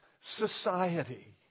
society